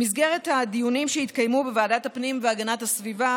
במסגרת הדיונים שהתקיימו בוועדת הפנים והגנת הסביבה